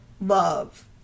love